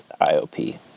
IOP